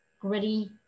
gritty